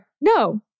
no